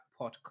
podcast